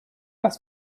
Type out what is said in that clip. dass